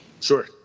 Sure